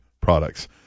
products